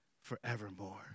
forevermore